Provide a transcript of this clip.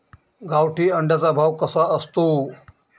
गावठी अंड्याचा भाव कसा असतो?